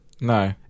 No